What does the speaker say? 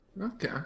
Okay